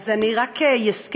אז אני רק אזכיר.